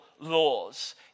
laws